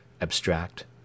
Abstract